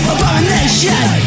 Abomination